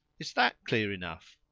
is that clear enough?